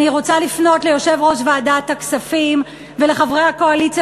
אני רוצה לפנות ליושב-ראש ועדת הכספים ולחברי הקואליציה